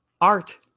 art